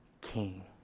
King